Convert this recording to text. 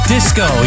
Disco